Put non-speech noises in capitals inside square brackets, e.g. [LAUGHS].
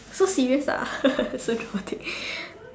so serious ah [LAUGHS] so dramatic